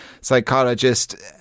psychologist